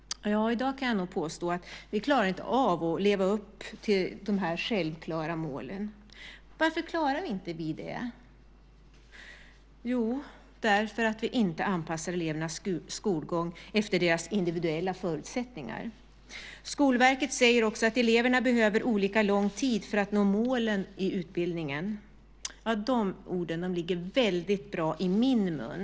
I dag kan jag påstå att vi inte klarar av att leva upp till dessa självklara mål. Varför klarar vi inte det? Jo, därför att vi inte anpassar elevernas skolgång efter deras individuella förutsättningar. Skolverket säger också att elever behöver olika lång tid för att nå målen i utbildningen. De orden ligger väldigt bra i min mun.